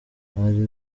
bari